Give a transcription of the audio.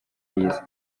y’isi